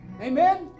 Amen